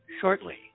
shortly